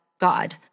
God